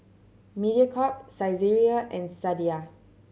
Mediacorp Saizeriya and Sadia